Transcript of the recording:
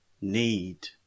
need